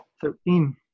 Thirteen